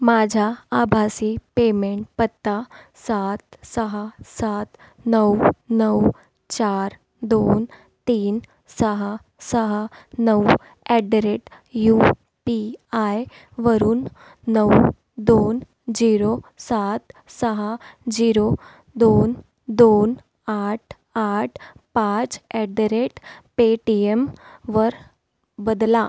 माझ्या आभासी पेमेंट पत्ता सात सहा सात नऊ नऊ चार दोन तीन सहा सहा नऊ at the rate U P आयवरून नऊ दोन झिरो सात सहा झिरो दोन दोन आठ आठ पाच ॲट द रेट पेटीएमवर बदला